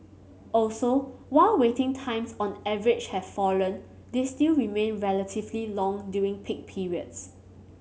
also while waiting times on average have fallen they still remain relatively long during peak periods